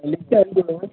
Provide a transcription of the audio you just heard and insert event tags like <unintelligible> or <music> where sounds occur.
லிஸ்ட்டை அனுப்பு <unintelligible>